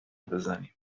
بزنیم